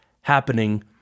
happening